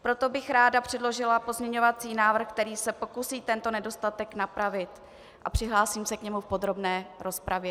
Proto bych ráda předložila pozměňovací návrh, který se pokusí tento nedostatek napravit, a přihlásím se k němu v podrobné rozpravě.